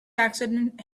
accident